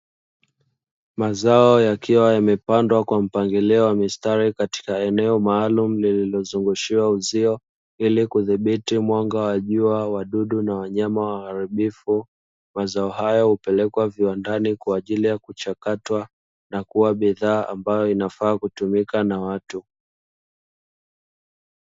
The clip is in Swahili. Mazao yakiwa yamepandwa kwa mpangilio wa mistari katika eneo lillilo zungushiwa uzio, ili kudhibiti mwanga wajua, wadudu, wanyama waharibifu. Mazao haya hupelekwa viwandani kwa ajili ya kuchakatwa na kua bidhaa ambayo inafaa kutumika na watu.